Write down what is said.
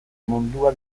mundua